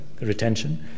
retention